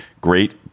great